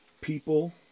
People